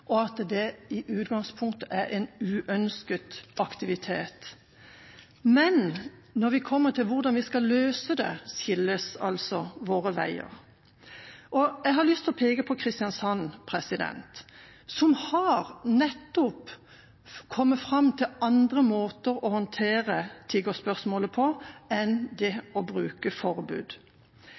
og at det i utgangspunktet er en uønsket aktivitet. Men når vi kommer til hvordan vi skal løse det, skilles våre veier. Jeg har lyst til å peke på Kristiansand, som nettopp har kommet fram til andre måter å håndtere tiggespørsmålet på enn det å bruke forbud.